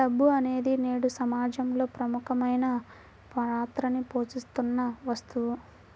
డబ్బు అనేది నేడు సమాజంలో ప్రముఖమైన పాత్రని పోషిత్తున్న వస్తువు